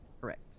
correct